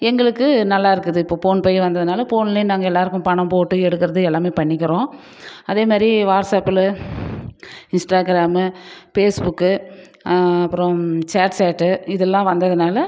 எங்களுக்கு நல்லா இருக்குது இப்போ ஃபோன்பே வந்ததுனால் ஃபோன்லே நாங்கள் எல்லாருக்கும் பணம் போட்டு எடுக்கறது எல்லாமே பண்ணிக்கறோம் அதே மாதிரி வாட்ஸப்பிலு இன்ஸ்டாகிராமு பேஸ்புக்கு அப்புறம் ஷேர் சேட்டு இதெல்லாம் வந்ததுனால்